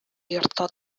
йортта